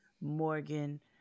Morgan